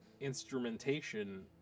instrumentation